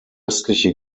östliche